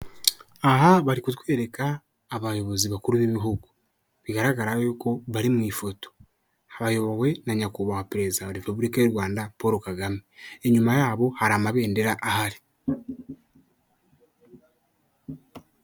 Aha bari kutwereka abayobozi bakuru b'ibihugu, bigaragara y'uko bari mu ifoto, bayobowe na nyakubahwa perezida wa repubulika y'u Rwanda Poro Kagame inyuma yabo hari amabendera ahari.